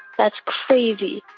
that's crazy